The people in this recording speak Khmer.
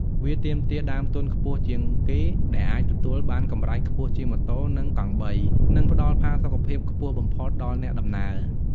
វាទាមទារដើមទុនខ្ពស់ជាងគេ តែអាចទទួលបានកម្រៃខ្ពស់ជាងម៉ូតូ និងកង់បី និងផ្តល់ផាសុកភាពខ្ពស់បំផុតដល់អ្នកដំណើរ។